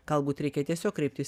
galbūt reikia tiesiog kreiptis